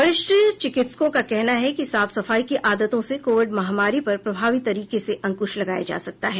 वरिष्ठ चिकित्सकों का कहना है कि साफ सफाई की आदतों से कोविड महामारी पर प्रभावी तरीके से अंक्श लगाया जा सकता है